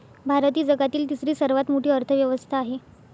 भारत ही जगातील तिसरी सर्वात मोठी अर्थव्यवस्था आहे